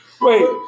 wait